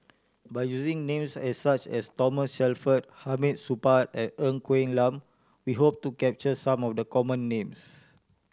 by using names such as Thomas Shelford Hamid Supaat and Ng Quee Lam we hope to capture some of the common names